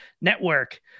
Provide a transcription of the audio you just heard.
Network